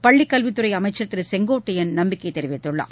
பள்ளி கல்வித் துறை அமைச்சர் திரு செங்கோட்டையள் நம்பிக்கை தெரிவித்துள்ளார்